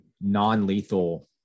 non-lethal